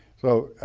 so